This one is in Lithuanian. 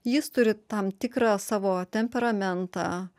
jis turi tam tikrą savo temperamentą